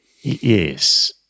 Yes